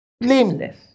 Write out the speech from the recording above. Blameless